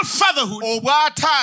fatherhood